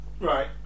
Right